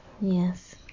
Yes